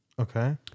Okay